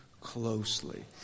closely